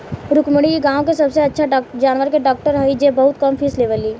रुक्मिणी इ गाँव के सबसे अच्छा जानवर के डॉक्टर हई जे बहुत कम फीस लेवेली